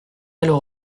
quelle